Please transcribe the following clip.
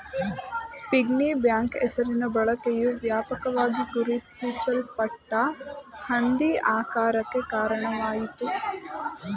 piggy bank ಹೆಸರಿನ ಬಳಕೆಯು ವ್ಯಾಪಕವಾಗಿ ಗುರುತಿಸಲ್ಪಟ್ಟ ಹಂದಿ ಆಕಾರಕ್ಕೆ ಕಾರಣವಾಯಿತು